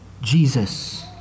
Jesus